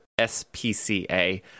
SPCA